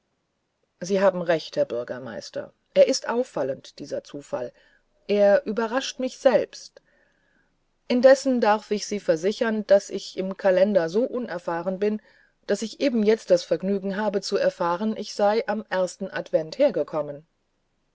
sie haben recht herr bürgermeister er ist auffallend dieser zufall er überrascht mich selbst indessen darf ich sie versichern daß ich im kalender so unerfahren bin daß ich eben jetzt das vergnügen habe zu erfahren ich sei am ersten advent hergekommen